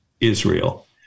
Israel